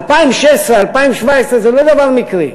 2016, 2017, זה לא דבר מקרי,